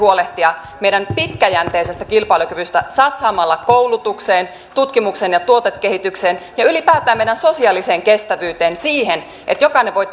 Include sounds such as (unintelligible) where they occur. pitäisi huolehtia meidän pitkäjänteisestä kilpailukyvystämme satsaamalla koulutukseen tutkimukseen ja tuotekehitykseen ja ylipäätään sosiaaliseen kestävyyteen siihen että jokainen voi (unintelligible)